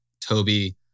Toby